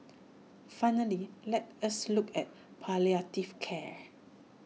finally let us look at palliative care